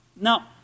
Now